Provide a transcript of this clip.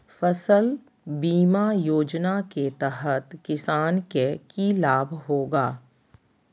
फसल बीमा योजना के तहत किसान के की लाभ होगा?